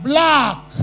Black